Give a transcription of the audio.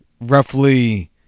roughly